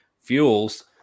fuels